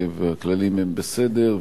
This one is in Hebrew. והכללים הם בסדר,